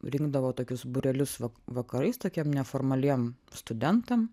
rinkdavo tokius būrelius va vakarais tokiem neformaliem studentam